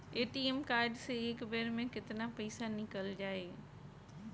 ATM card से एक बेर मे केतना पईसा निकल जाई?